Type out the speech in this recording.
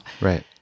Right